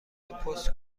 پست